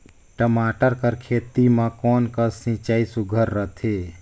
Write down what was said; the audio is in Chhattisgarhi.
टमाटर कर खेती म कोन कस सिंचाई सुघ्घर रथे?